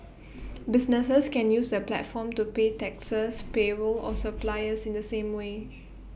businesses can use the platform to pay taxes payroll or suppliers in the same way